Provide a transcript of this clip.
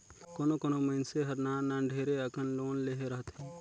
कोनो कोनो मइनसे हर नान नान ढेरे अकन लोन लेहे रहथे